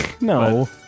No